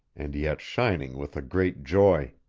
and yet shining with a great joy.